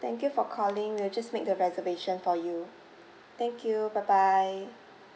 thank you for calling we'll just make the reservation for you thank you bye bye